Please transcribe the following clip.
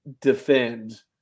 defend